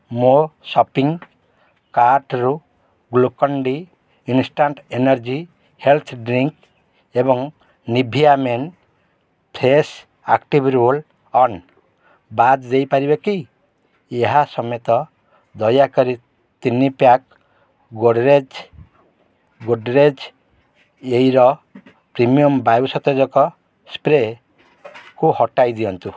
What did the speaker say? ମୋ ସପିଂ କାର୍ଟ୍ରୁ Glucon D instant energy health drink ଏବଂ Nivea men fresh active roll on ବାଦ୍ ଦେଇପାରିବେ କି ଏହା ସମେତ ଦୟାକରି ତିନି pack Godrej Godrej aer premium ବାୟୁ ସତେଜକ ସ୍ପ୍ରେକୁ ହଟାଇ ଦିଅନ୍ତୁ